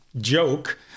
joke